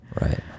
Right